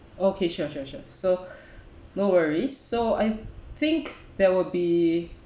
okay sure sure sure so no worries so I think there will be